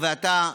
אתה,